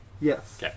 yes